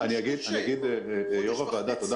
זה שיבוש קשה, בוא, חודש וחצי.